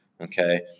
okay